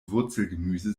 wurzelgemüse